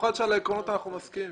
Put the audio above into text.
במיוחד שעל העקרונות אנחנו מסכימים.